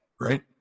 Right